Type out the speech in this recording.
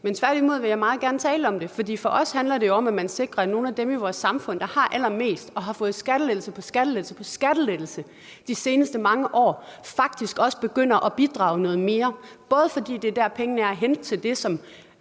vil tværtimod meget gerne tale om det. For os handler det om, at man sikrer, at nogle af dem i vores samfund, der har allermest, og som har fået skattelettelse på skattelettelse de seneste mange år, faktisk også begynder at bidrage noget mere, både fordi det er der, pengene er at hente til det, som